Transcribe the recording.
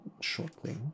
shortly